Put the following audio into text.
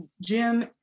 Jim